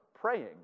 praying